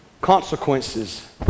consequences